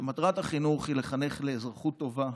שמטרת החינוך היא לחנך לאזרחות טובה,